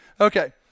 Okay